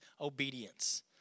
obedience